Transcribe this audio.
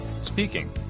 Speaking